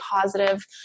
positive